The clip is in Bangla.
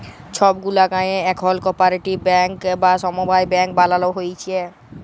ছব গুলা গায়েঁ এখল কপারেটিভ ব্যাংক বা সমবায় ব্যাংক বালালো হ্যয়েছে